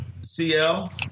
CL